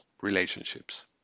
relationships